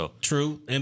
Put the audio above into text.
True